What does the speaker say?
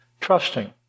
trusting